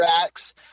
racks